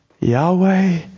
Yahweh